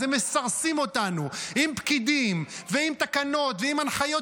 אז הם מסרסים אותנו עם פקידים ועם תקנות ועם הנחיות